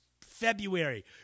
February